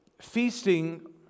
feasting